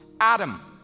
Adam